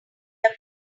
have